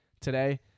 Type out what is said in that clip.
today